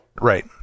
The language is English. Right